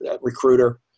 recruiter